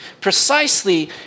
Precisely